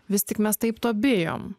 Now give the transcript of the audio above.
vis tik mes taip to bijom